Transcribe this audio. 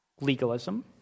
legalism